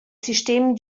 sistem